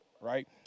right